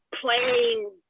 playing